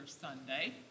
Sunday